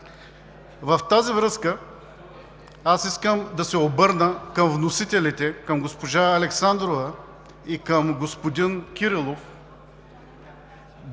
В тази връзка искам да се обърна към вносителите – към госпожа Александрова и към господин Кирилов,